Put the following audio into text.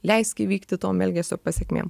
leisk įvykti tom elgesio pasekmėm